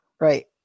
Right